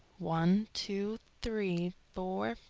one, two, three, four,